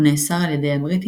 הוא נאסר על ידי הבריטים,